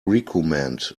recommend